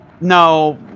No